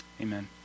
amen